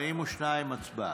הסתייגות 42, הצבעה.